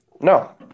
No